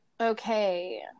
Okay